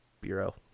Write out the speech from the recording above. bureau